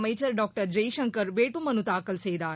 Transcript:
அமைச்சர் டாக்டர் ஜெய்சங்கர் வேட்பு மனு தாக்கல் செய்தார்